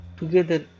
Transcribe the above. together